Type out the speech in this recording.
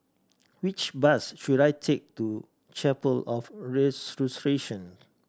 which bus should I take to Chapel of Resurrection